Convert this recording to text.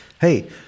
Hey